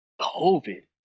COVID